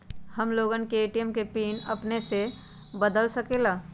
हम लोगन ए.टी.एम के पिन अपने से बदल सकेला?